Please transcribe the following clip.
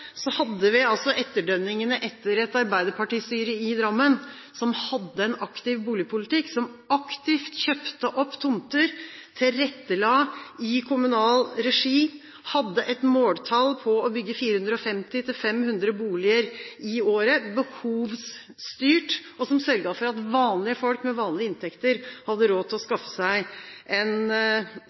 hadde vi etterdønningene etter et arbeiderpartistyre i Drammen, som hadde en aktiv boligpolitikk, som aktivt kjøpte opp tomter, tilrettela i kommunal regi, hadde et måltall på å bygge 450–500 boliger i året – behovsstyrt – og som sørget for at vanlige folk med vanlige inntekter hadde råd til å skaffe seg en